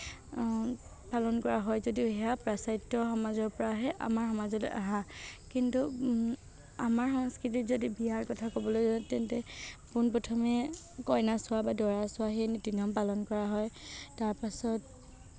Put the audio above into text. পালন কৰা হয় যদিও সেয়া পাশ্চাত্য় সমাজৰ পৰাহে আমাৰ সমাজলৈ অহা কিন্তু আমাৰ সংস্কৃতিত যদি বিয়াৰ কথা ক'বলৈ যাওঁ তেন্তে পোনপ্ৰথমে কইনাচোৱা বা দৰাচোৱা সেই নীতি নিয়ম পালন কৰা হয় তাৰপিছত